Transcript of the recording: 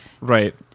right